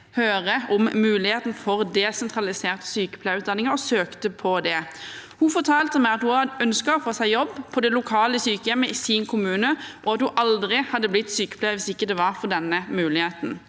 høre om muligheten for desentralisert sykepleierutdanning og søkte på den. Hun fortalte meg at hun hadde ønsket å få seg jobb på det lokale sykehjemmet i sin kommune, og at hun aldri hadde blitt sykepleier hvis det ikke hadde vært for denne muligheten.